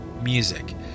music